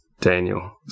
Daniel